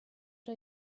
how